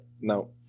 No